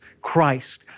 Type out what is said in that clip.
Christ